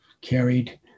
carried